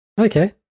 Okay